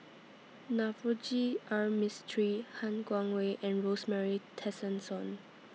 Navroji R Mistri Han Guangwei and Rosemary Tessensohn